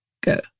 go